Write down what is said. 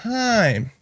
time